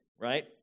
right